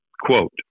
Quote